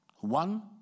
One